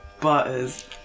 butters